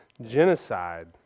genocide